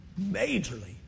majorly